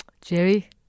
jerry